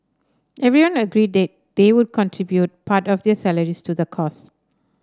everyone agreed that they would contribute part of their salaries to the cause